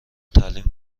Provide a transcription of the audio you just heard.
تعلیم